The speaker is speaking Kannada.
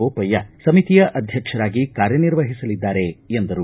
ಬೋಪಯ್ತ ಸಮಿತಿಯ ಅಧ್ಯಕ್ಷರಾಗಿ ಕಾರ್ಯನಿರ್ವಹಿಸಲಿದ್ದಾರೆ ಎಂದರು